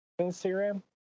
Instagram